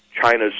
China's